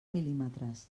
mil·límetres